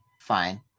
fine